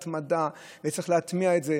וצריך להטמיע את זה.